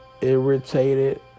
irritated